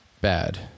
Bad